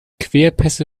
querpässe